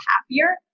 happier